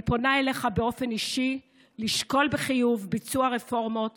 אני פונה אליך באופן אישי לשקול בחיוב ביצוע רפורמות